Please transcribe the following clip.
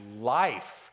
life